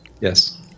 Yes